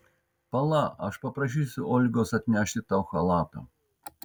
pala aš paprašysiu olgos atnešti tau chalatą